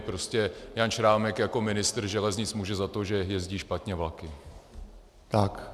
Prostě Jan Šrámek jako ministr železnic může za to, že jezdí špatně vlaky.